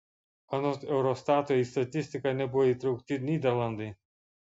anot eurostato į statistiką nebuvo įtraukti nyderlandai